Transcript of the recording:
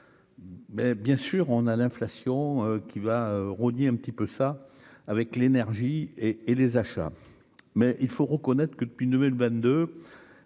bien sûr, on a l'inflation qui va rogner un petit peu ça avec l'énergie et et les achats, mais il faut reconnaître que depuis une